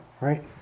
Right